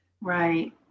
Right